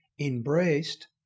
embraced